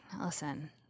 listen